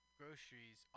groceries